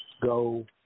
go